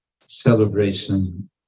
celebration